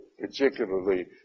particularly